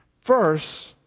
first